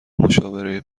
مشاوره